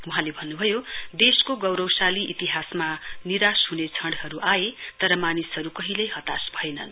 वहाँले भन्नुभयो देशको गौरवशाली इतिहास निराश हुने क्षणहरू आए तर मानिसहरू कहिल्यै निराश भएनन्